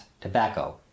tobacco